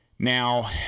Now